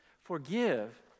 Forgive